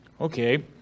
Okay